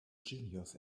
genius